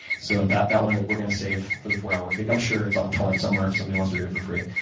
so that that one we're going to save for the four hour workweek. i'm sure it's on torrent somewhere if somebody wants to read it for free.